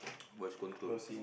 what's going through